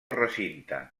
recinte